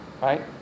right